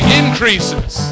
increases